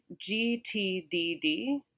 GTDD